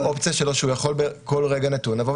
האופציה שלו שהוא יכול בכל רגע נתון ולבוא